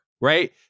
right